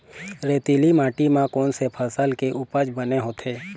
रेतीली माटी म कोन से फसल के उपज बने होथे?